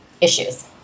issues